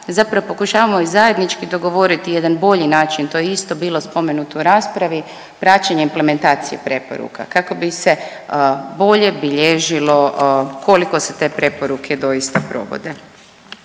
zapravo pokušavamo i zajednički dogovoriti jedan bolji način, to je isto bilo spomenuto u raspravi praćenje implementacije preporuka kako bi se bolje bilježilo koliko se te preporuke doista provode.